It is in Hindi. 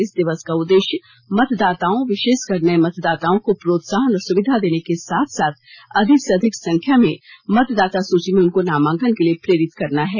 इस दिवस का उद्देश्य मतदाताओं विशेषकर नये मतदाताओं को प्रोत्साहन और सुविधा देने के साथ साथ अधिक से अधिक संख्या में मतदाता सूची में उनको नामांकन के लिए प्रेरित करना है